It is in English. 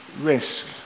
risk